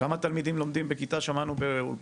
כמה תלמידים לומדים בכיתה באולפנים?